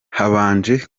habanje